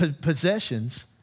possessions